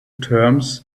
terms